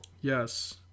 Yes